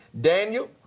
Daniel